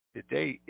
Today